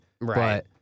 Right